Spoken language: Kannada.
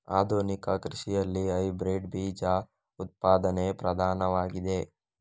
ಆಧುನಿಕ ಕೃಷಿಯಲ್ಲಿ ಹೈಬ್ರಿಡ್ ಬೀಜ ಉತ್ಪಾದನೆ ಪ್ರಧಾನವಾಗಿದೆ